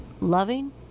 loving